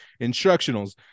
instructionals